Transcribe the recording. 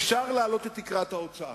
אפשר להעלות את תקרת ההוצאה?